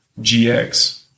GX